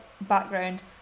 background